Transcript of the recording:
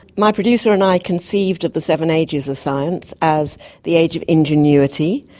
my producer and i conceived of the seven ages of science as the age of ingenuity,